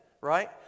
right